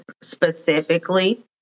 specifically